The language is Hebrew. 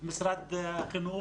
משרד החינוך,